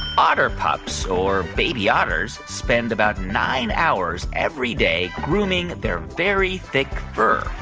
otter pups or baby otters spend about nine hours every day grooming their very thick fur?